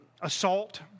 assault